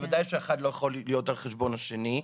שבוודאי שאחד לא יכול להיות על חשבון השני.